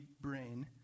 brain